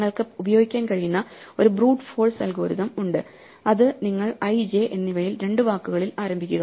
നിങ്ങൾക്ക് ഉപയോഗിക്കാൻ കഴിയുന്ന ഒരു ബ്രൂട്ട് ഫോഴ്സ് അൽഗോരിതം ഉണ്ട് അത് നിങ്ങൾ i j എന്നിവയിൽ രണ്ട് വാക്കുകളിൽ ആരംഭിക്കുക